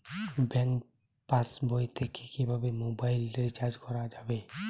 Bank পাশবই থেকে কিভাবে মোবাইল রিচার্জ করা যাবে?